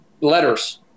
letters